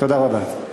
תודה רבה.